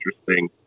interesting